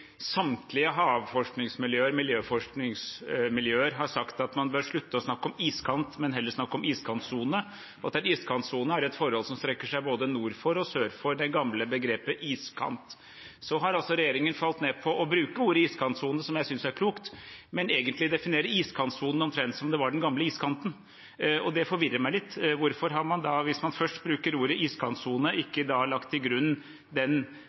Samtlige havforskningsmiljøer, miljøforskningsmiljøer har sagt at man bør slutte å snakke om «iskant», men heller snakke om «iskantsone», og at en iskantsone er et forhold som strekker seg både nord for og sør for det gamle begrepet «iskant». Så har altså regjeringen falt ned på å bruke ordet «iskantsone», som jeg synes er klokt, men definerer egentlig iskantsonen omtrent som om det var den gamle iskanten. Det forvirrer meg litt. Hvorfor har man da, hvis man først bruker ordet «iskantsone», ikke lagt til grunn den